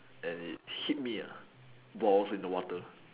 and it hit me ah while I was in the water